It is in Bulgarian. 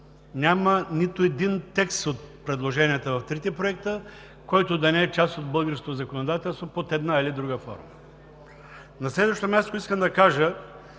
Няма нито един текст от предложенията в трите законопроекта, който да не е част от българското законодателство под една или друга форма. На следващо място, искам да кажа,